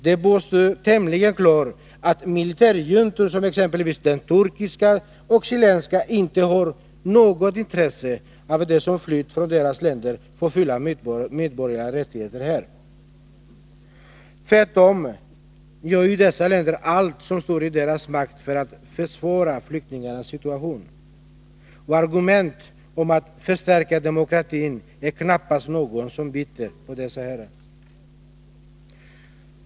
Det bör stå tämligen klart att militärjuntor som exempelvis de turkiska och chilenska inte har något intresse av att de som flytt från dessa länder får fulla medborgerliga rättigheter här. Tvärtom gör ju dessa länder allt som står i deras makt för att försvåra flyktingarnas situation. Och argument om att förstärka demokratin är knappast något som biter på dessa herrar.